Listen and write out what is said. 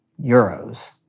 Euros